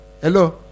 Hello